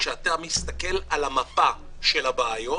כשאתה מסתכל על המפה של הבעיות,